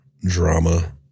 drama